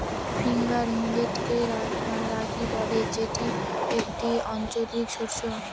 finger মিলেটকে রাগি বলে যেটি একটি আঞ্চলিক শস্য